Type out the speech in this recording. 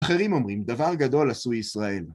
אחרים אומרים, דבר גדול עשי ישראל.